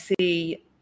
see